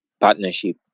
partnership